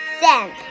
sand